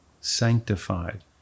sanctified